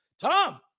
Tom